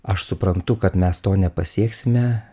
aš suprantu kad mes to nepasieksime